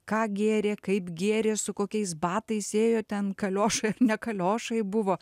ką gėrė kaip gėrė su kokiais batais ėjo ten kaliošai ar ne kaliošai buvo